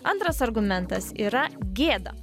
antras argumentas yra gėda